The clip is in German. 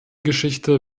geschichte